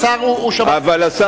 אבל הוא